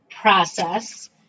process